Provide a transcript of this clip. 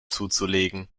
zuzulegen